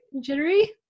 jittery